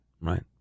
right